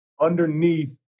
underneath